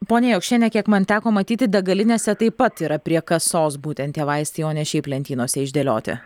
pone jokšienė kiek man teko matyti degalinėse taip pat yra prie kasos būtent tie vaistai o ne šiaip lentynose išdėlioti